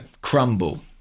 crumble